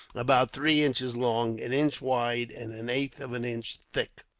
about three inches long, an inch wide, and an eighth of an inch thick.